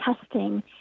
testing